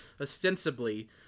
ostensibly